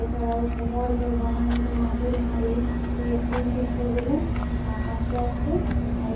এছাড়াও কুমোরদের বানানো যে মাটির হাঁড়ি এ এই শিল্পগুলো আস্তে আস্তে